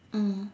mm